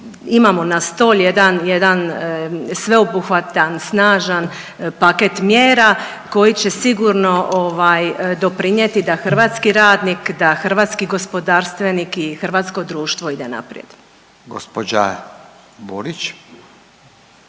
imamo na stol jedan sveobuhvatan snažan paket mjera koji će sigurno doprinijeti da hrvatski radnik, da hrvatski gospodarstvenik i hrvatsko društvo ide naprijed. **Radin, Furio